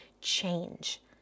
change